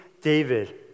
David